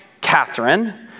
Catherine